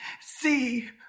see